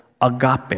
Agape